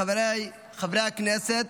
חבריי חברי הכנסת,